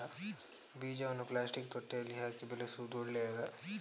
ಬೀಜವನ್ನು ಪ್ಲಾಸ್ಟಿಕ್ ತೊಟ್ಟೆಯಲ್ಲಿ ಹಾಕಿ ಬೆಳೆಸುವುದು ಒಳ್ಳೆಯದಾ?